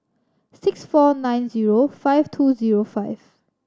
six four nine zero five two zero five